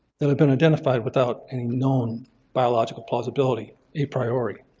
that have been identified without any known biological plausibility a priori.